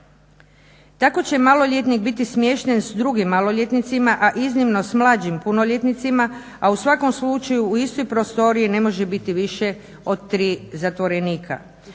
Tako će maloljetnik biti smješten s drugim maloljetnicima, a iznimno s mlađim punoljetnicima, a u svakom slučaju u istoj prostoriji ne može biti više od 3 zatvorenika.